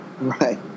Right